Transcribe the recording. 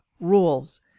rules